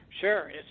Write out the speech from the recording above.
Sure